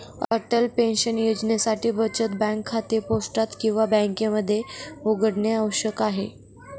Atal pension योजनेसाठी बचत bank खाते पोस्टात किंवा बँकेमध्ये उघडणे आवश्यक आहे